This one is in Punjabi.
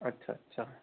ਅੱਛਾ ਅੱਛਾ